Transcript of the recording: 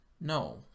no